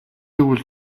өгвөл